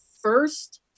first